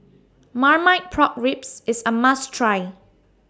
Marmite Pork Ribs IS A must Try